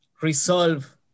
resolve